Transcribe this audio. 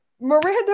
Miranda